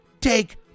take